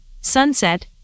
Sunset